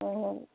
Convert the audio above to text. ଉଁ ହୁଁ